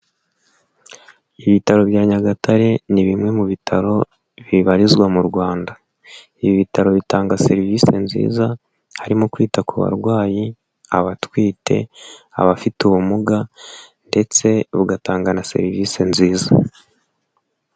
Ibitaro bya Nyagatare ni bimwe mu bitaro bibarizwa mu Rwanda, ibi bitaro bitanga serivise nziza harimo kwita ku barwayi, abatwite, abafite ubumuga ndetse bugatanga na serivise nziza.